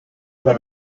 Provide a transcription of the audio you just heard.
immer